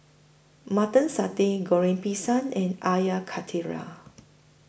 Mutton Satay Goreng Pisang and Air Karthira